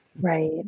Right